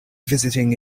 visiting